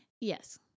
Yes